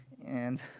and